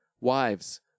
Wives